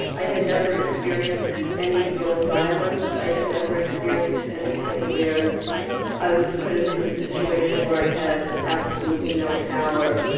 i had never experienced any real violence, i had never experienced anything where i was put into a situation where i had absolutely no power.